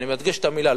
אני מדגיש את המלה,